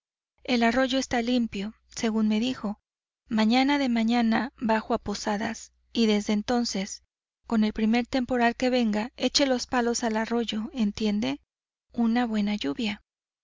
el arroyo está limpio según me dijo mañana de mañana bajo a posadas y desde entonces con el primer temporal que venga eche los palos al arroyo entiende una buena lluvia